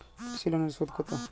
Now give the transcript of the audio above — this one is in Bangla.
কৃষি লোনের সুদ কত?